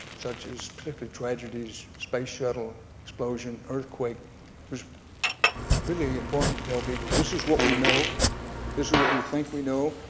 such as, particularly tragedies, space shuttle explosion, earthquake, it was really important to tell people this is what we know what we think we know,